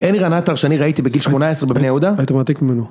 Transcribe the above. אלירן עטר שאני ראיתי בגיל 18 בבני יהודה. היית מעתיק ממנו.